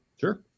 Sure